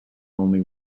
only